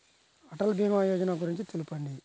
అటల్ భీమా యోజన గురించి తెలుపండి?